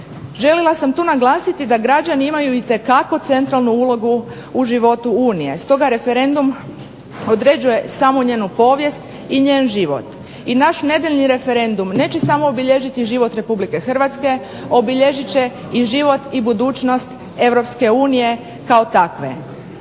Željela sam tu naglasiti da građani imaju itekako centralnu ulogu u životu Unije. Stoga referendum određuje samo njenu povijest i njen život. I naš nedjeljni referendum neće samo obilježiti život RH, obilježit će i život i budućnost EU kao takve.